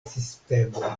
sistemoj